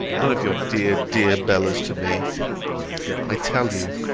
none of your dear, dear bella's to me i tell you,